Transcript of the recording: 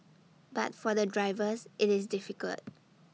but for the drivers IT is difficult